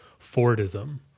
Fordism